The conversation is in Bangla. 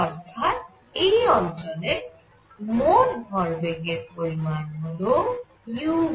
অর্থাৎ এই অঞ্চলের মোট ভরবেগের পরিমাণ হল uc